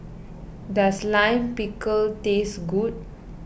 does Lime Pickle taste good